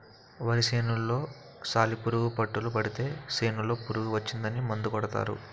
వరి సేనులో సాలిపురుగు పట్టులు పడితే సేనులో పురుగు వచ్చిందని మందు కొడతారు